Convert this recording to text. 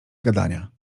gadania